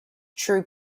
true